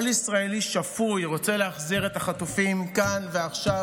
כל ישראלי שפוי רוצה להחזיר את החטופים כאן ועכשיו,